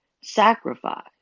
sacrifice